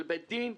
של בית דין,